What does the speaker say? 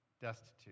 destitute